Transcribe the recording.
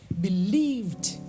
believed